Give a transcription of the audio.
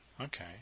Okay